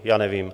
Já nevím.